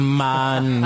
man